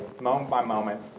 moment-by-moment